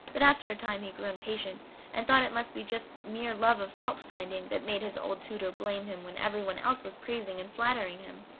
but after a time he grew impatient and thought it must be just mere love of fault-finding that made his old tutor blame him when everyone else was praising and flattering him.